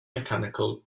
mechanical